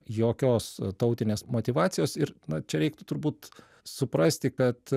jokios tautinės motyvacijos ir na čia reiktų turbūt suprasti kad